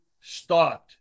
start